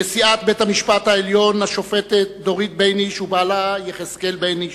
נשיאת בית-המשפט העליון השופטת דורית בייניש ובעלה יחזקאל בייניש,